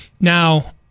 Now